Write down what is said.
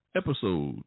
episode